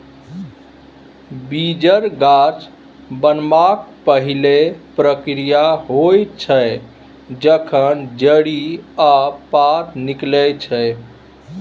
बीचर गाछ बनबाक पहिल प्रक्रिया होइ छै जखन जड़ि आ पात निकलै छै